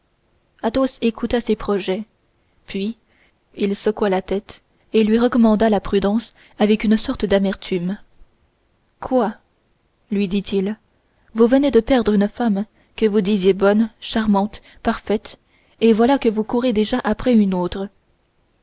tout athos écouta ses projets puis il secoua la tête et lui recommanda la prudence avec une sorte d'amertume quoi lui dit-il vous venez de perdre une femme que vous disiez bonne charmante parfaite et voilà que vous courez déjà après une autre